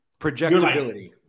projectability